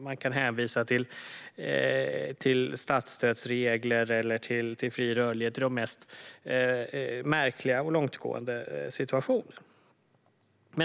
Man hänvisar till statsstödsregler eller fri rörlighet i de mest märkliga och långtgående situationer.